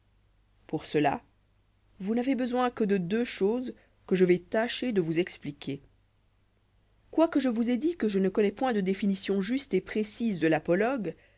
pour cela vous n'avez besoin que de deux choses que je vais tâcher de vous expliquer quoique je vous aie dit que je ne connois point de définition juste et précise de l'apologue